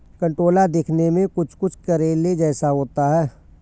कंटोला दिखने में कुछ कुछ करेले जैसा होता है